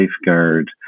safeguard